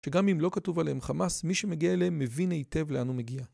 שגם אם לא כתוב עליהם חמאס, מי שמגיע אליהם מבין היטב לאן הוא מגיע.